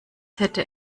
hätte